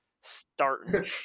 starting